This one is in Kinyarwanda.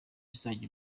izajya